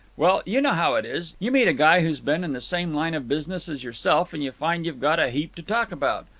well, you know how it is. you meet a guy who's been in the same line of business as yourself and you find you've got a heap to talk about.